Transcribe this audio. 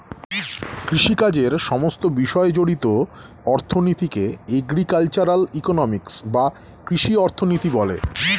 কৃষিকাজের সমস্ত বিষয় জড়িত অর্থনীতিকে এগ্রিকালচারাল ইকোনমিক্স বা কৃষি অর্থনীতি বলে